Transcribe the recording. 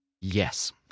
Yes